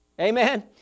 Amen